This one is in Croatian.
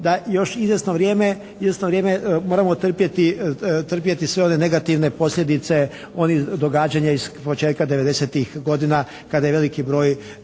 da još izvjesno vrijeme moramo trpjeti sve one negativne posljedice onih događanja iz početka '90.-ih godina kada je veliki broj